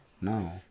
No